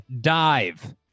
dive